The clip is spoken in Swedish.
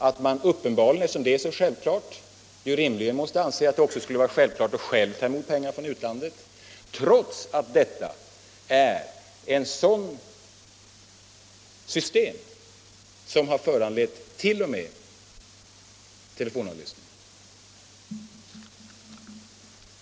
Eftersom detta är så självklart, skulle det rimligen vara lika självklart att man själv tog emot pengar från utlandet, trots att sådant är något som t.o.m. har föranlett telefonavlyssning.